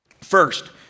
First